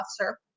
officer